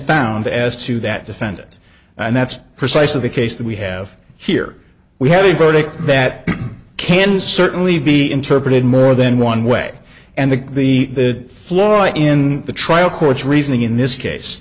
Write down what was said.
found as to that defendant and that's precisely the case that we have here we have a verdict that can certainly be interpreted more than one way and that the the floor in the trial courts reasoning in this case